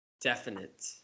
definite